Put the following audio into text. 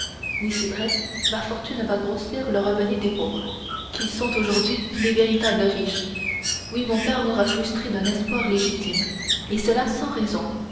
oui c'est vrai ma fortune va grossir le revenu des pauvres qui sont aujourd'hui les véritables riches oui mon père m'aura frustré d'un espoir légitime et cela sans raison